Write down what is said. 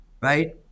right